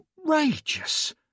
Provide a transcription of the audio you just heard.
outrageous